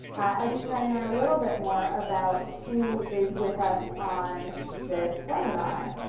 as we try and learn a little bit more about who is with us on this webinar.